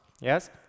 Yes